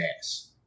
ass